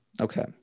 Okay